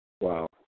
Wow